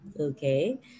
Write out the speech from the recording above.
okay